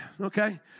Okay